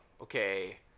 okay